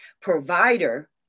provider